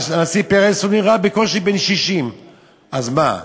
הנשיא פרס, הוא נראה בקושי בן 60. אז מה,